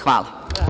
Hvala.